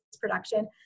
production